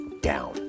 down